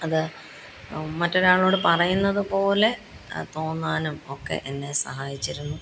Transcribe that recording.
അത് മറ്റൊരാളോട് പറയുന്നതു പോലെ തോന്നാനും ഒക്കെ എന്നെ സഹായിച്ചിരുന്നു